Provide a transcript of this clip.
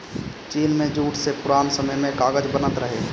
चीन में जूट से पुरान समय में कागज बनत रहे